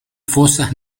fosas